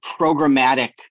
programmatic